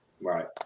right